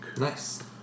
Nice